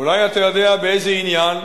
אולי אתה יודע באיזה עניין?